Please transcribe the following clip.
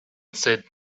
said